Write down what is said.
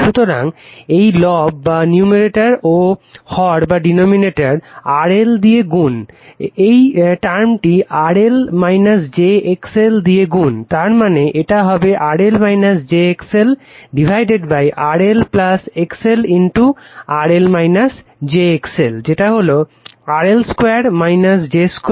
সুতরাং এই লব ও হর RL দিয়ে গুণ এই টার্মটি RL j XL দিয়ে গুণ তার মানে এটা হবে RL j XL RL XL RL j XL যেটা হলো RL 2 j 2 XL 2